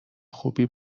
خوبی